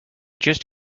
just